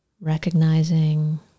recognizing